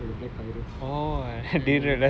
she ask us to buy the kayiru